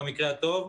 במקרה הטוב.